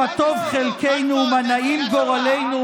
מה טוב חלקנו ומה נעים גורלנו,